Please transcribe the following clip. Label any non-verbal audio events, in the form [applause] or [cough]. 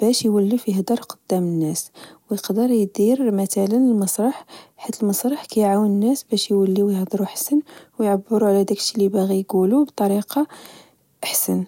باش يولف يهدر قدام الناس، ويقدر يدير متلا المسرح، حيت المسرح كعاون الناس باش يوليو يهضرو حسن وعبرو على داكشي لباغي يچولو بطريقة [hesitation] حسن